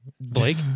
Blake